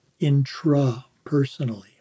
intrapersonally